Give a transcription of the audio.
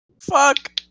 Fuck